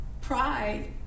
pride